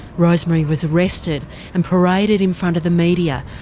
rosemary was arrested and paraded in front of the media,